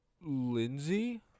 Lindsay